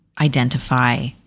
identify